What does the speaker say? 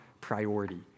priority